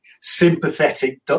sympathetic